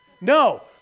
No